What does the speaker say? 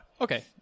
Okay